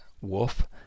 wolf